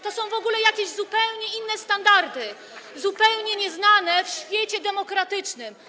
To są w ogóle jakieś zupełnie inne standardy, zupełnie nieznane w świecie demokratycznym.